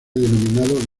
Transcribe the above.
denominado